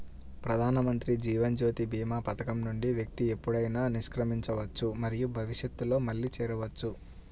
ప్రధానమంత్రి జీవన్ జ్యోతి భీమా పథకం నుండి వ్యక్తి ఎప్పుడైనా నిష్క్రమించవచ్చు మరియు భవిష్యత్తులో మళ్లీ చేరవచ్చు